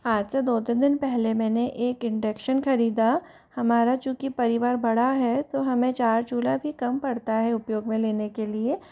आज से दो तीन दिन पहले मैंने एक इंडक्शन खरीदा हमारा जो कि परिवार बड़ा है तो हमें चार चूल्हा भी कम पड़ता है उपयोग में लेने के लिए